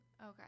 Okay